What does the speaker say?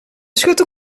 schutter